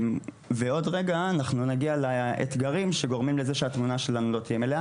ובעוד רגע אנחנו נגיע לאתגרים שגורמים לזה שהתמונה שלנו לא תהיה מלאה,